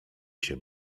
się